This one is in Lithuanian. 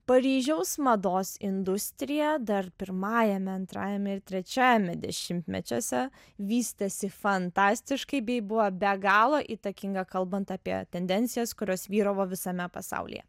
paryžiaus mados industrija dar pirmajame antrajame ir trečiajame dešimtmečiuose vystėsi fantastiškai bei buvo be galo įtakinga kalbant apie tendencijas kurios vyravo visame pasaulyje